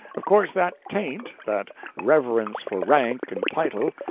of course that taint, that reverence for rank and title,